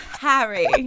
Harry